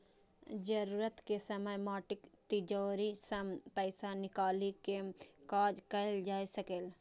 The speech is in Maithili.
जरूरत के समय माटिक तिजौरी सं पैसा निकालि कें काज कैल जा सकैए